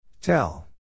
Tell